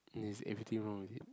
is everything wrong with it